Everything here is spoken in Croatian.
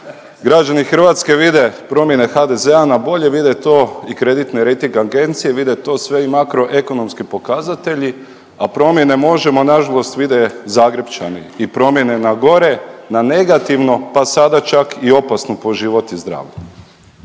Građani Hrvatske vide promjene HDZ-a na bolje vide te i kreditne rejting agencije, vide to sve i makroekonomski pokazatelji, a promjene možemo nažalost vide Zagrepčani i promjene na gore, na negativno pa sada čak i opasno po život i zdravlje.